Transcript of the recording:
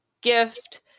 gift